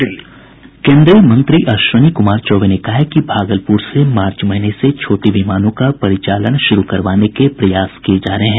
केन्द्रीय मंत्री अश्विनी कुमार चौबे ने कहा है कि भागलपुर से मार्च महीने से छोटे विमानों का परिचालन शुरू करवाने के प्रयास किये जा रहे हैं